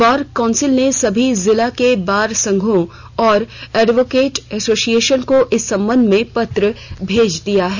बार council ने सभी जिलों के बार संघों और एडवोकेट एसोसिएशन को इस संबंध में पत्र भेज दिया है